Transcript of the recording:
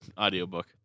Audiobook